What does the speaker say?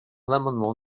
l’amendement